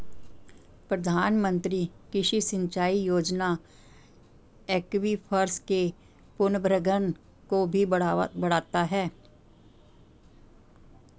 प्रधानमंत्री कृषि सिंचाई योजना एक्वीफर्स के पुनर्भरण को भी बढ़ाता है